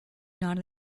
not